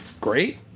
great